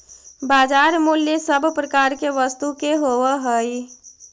बाजार मूल्य सब प्रकार के वस्तु के होवऽ हइ